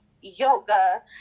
yoga